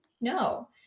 No